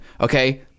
okay